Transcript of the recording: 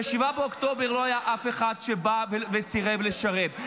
ב 7 באוקטובר לא היה אף אחד שבא וסירב לשרת.